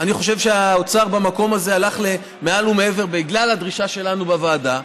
אני חושב שהאוצר במקום הזה הלך מעל ומעבר בגלל הדרישה שלנו בוועדה,